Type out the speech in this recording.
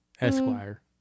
esquire